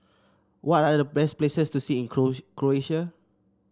what are the best places to see in Croatia